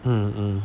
uh uh